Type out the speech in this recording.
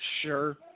Sure